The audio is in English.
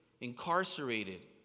incarcerated